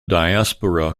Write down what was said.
diaspora